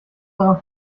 daran